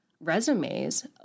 resumes